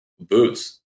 Boots